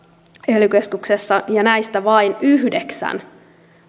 ely keskuksessa ja näistä vain yhdeksälle